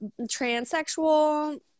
transsexual